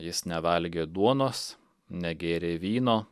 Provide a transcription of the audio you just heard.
jis nevalgė duonos negėrė vyno